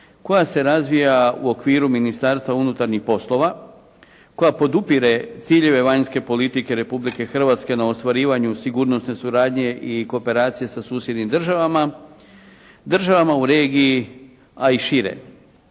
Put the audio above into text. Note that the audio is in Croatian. koja se razvija u okviru Ministarstva unutarnjih poslova koja podupire ciljeve vanjske politike Republike Hrvatske na ostvarivanju sigurnosne suradnje i kooperacije sa susjednim državama, državama u regiji, a i šire.